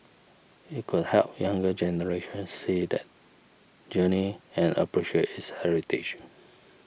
it could help younger generations see that journey and appreciate its heritage